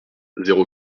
zéro